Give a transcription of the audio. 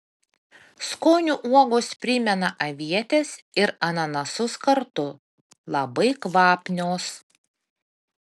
skoniu uogos primena avietes ir ananasus kartu labai kvapnios